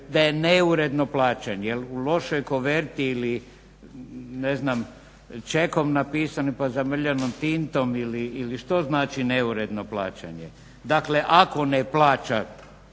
da je neuredno plaćanje. Jel u lošoj koverti ili ne znam čekom napisan pa zamrljan tintom ili što znači neuredno plaćanje? Dakle ako ne plaća